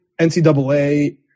NCAA